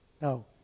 No